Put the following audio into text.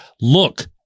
look